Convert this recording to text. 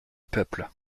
peuple